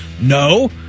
No